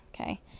okay